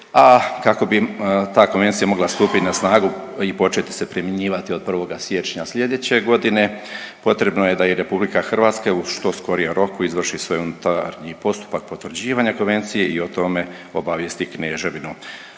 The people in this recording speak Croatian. kako bi ta Konvencija mogla stupiti na snagu i početi se primjenjivati od 1. siječnja slijedeće godine, potrebno je da i RH u što skorijem roku izvrši svoj unutarnji postupak potvrđivanja Konvencije i o tome obavijesti Kneževinu